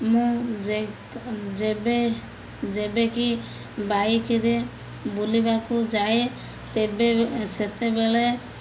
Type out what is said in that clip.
ମୁଁ ଯେବେ ଯେବେ କି ବାଇକ୍ରେ ବୁଲିବାକୁ ଯାଏ ତେବେ ସେତେବେଳେ